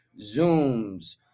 Zooms